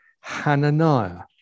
Hananiah